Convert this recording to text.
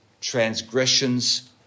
transgressions